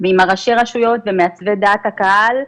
וראשי הרשויות ומעצבי דעת הקהל,